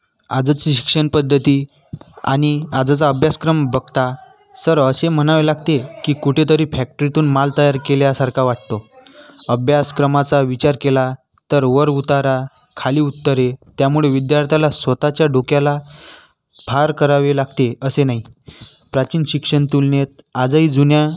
आजची शिक्षणपद्धती आणि आजचा अभ्यासक्रम बघता सर असे म्हणावे लागते की कुठेतरी फॅक्ट्रीतून माल तयार केल्यासारखा वाटतो अभ्यासक्रमाचा विचार केला तर वर उतारा खाली उत्तरे त्यामुळे विद्यार्थ्याला स्वत च्या डोक्याला फार करावे लागते असे नाही प्राचीन शिक्षण तुलनेत आजही जुन्या